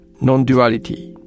non-duality